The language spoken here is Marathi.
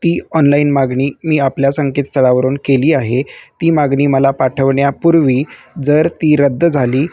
ती ऑनलाईन मागणी मी आपल्या संकेत स्थळावरून केली आहे ती मागणी मला पाठवण्यापूर्वी जर ती रद्द झाली